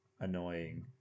annoying